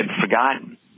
forgotten